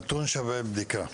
נתון שווה בדיקה.